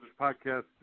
podcast